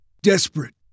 Desperate